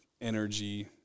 energy